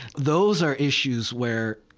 those are issues where,